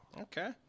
Okay